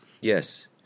Yes